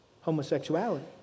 homosexuality